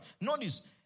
Notice